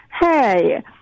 Hey